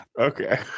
Okay